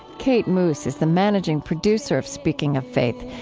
kate moos is the managing producer of speaking of faith,